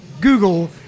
Google